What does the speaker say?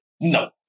no